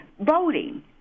voting